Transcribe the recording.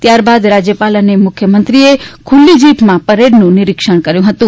ત્યારબાદ રાજયપાલ અને મુખ્યમંત્રીએ ખુલ્લી જીપમાં પરેડનું નીરીક્ષણ પણ કર્યું હતું